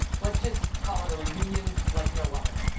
let's just call it a reunion like no other.